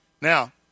Now